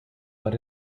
but